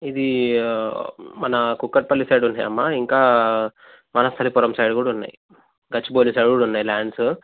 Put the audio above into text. ఇది మన కూకట్పల్లి సైడ్ ఉన్నాయమ్మ ఇంకా వనస్థలిపురం సైడ్ కూడా ఉన్నాయి గచ్చిబౌలి సైడ్ కూడా ఉన్నాయి ల్యాండ్సు